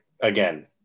again